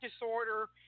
disorder